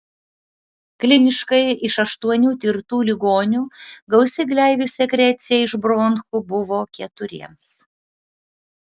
kliniškai iš aštuonių tirtų ligonių gausi gleivių sekrecija iš bronchų buvo keturiems